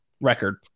record